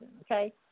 okay